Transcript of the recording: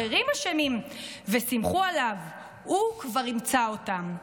אחרים אשמים, וסמכו עליו: הוא כבר ימצא אותם.